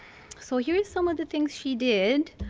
so here's some of the things she did.